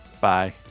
Bye